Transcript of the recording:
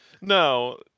No